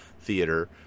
theater